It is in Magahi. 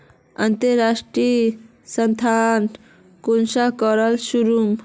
अंतर्राष्टीय स्थानंतरण कुंसम करे करूम?